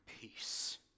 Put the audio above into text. peace